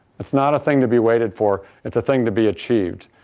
it's not a thing to be waited for, it's a thing to be achieved.